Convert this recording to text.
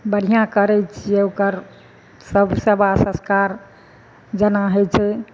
बढ़िआँ करैत छियै ओकर सब सेबा सत्कार जेना हइ छै